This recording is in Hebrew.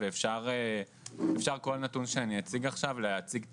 ולגבי כל נתון שאני אציג עכשיו אפשר להציג תזה,